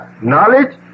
knowledge